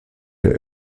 der